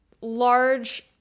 large